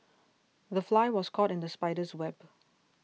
the fly was caught in the spider's web